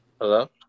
Hello